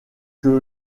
que